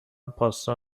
پاستا